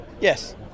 Yes